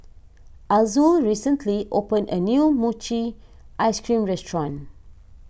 Azul recently opened a new Mochi Ice Cream restaurant